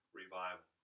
revival